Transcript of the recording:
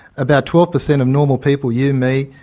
about twelve percent of normal people, you, me,